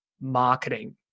marketing